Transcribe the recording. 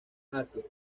asia